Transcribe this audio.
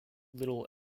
little